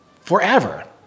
forever